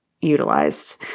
utilized